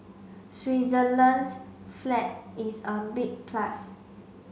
Switzerland's flag is a big plus